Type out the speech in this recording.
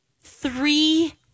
Three